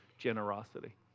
generosity